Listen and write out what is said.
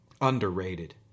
underrated